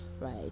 right